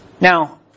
Now